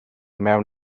mewn